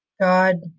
God